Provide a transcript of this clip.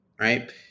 right